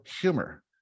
humor